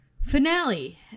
finale